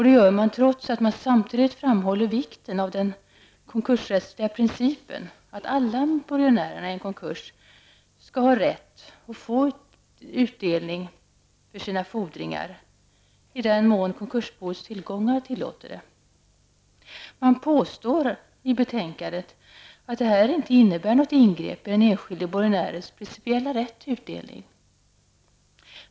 Det gör man trots att man samtidigt framhåller vikten av den konkursrättsliga principen att alla borgenärer skall ha rätt att få utdelning för sina fordringar i den mån konkursbos tillgångar tillåter det. I betänkandet påstås att det här inte innebär något ingrepp i den enskilde borgenärens principiella rätt till utdelning.